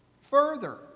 further